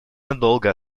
надолго